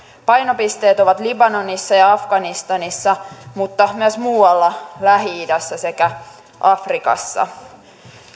painopisteet ovat libanonissa ja afganistanissa mutta myös muualla lähi idässä sekä afrikassa